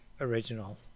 original